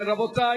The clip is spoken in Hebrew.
רבותי,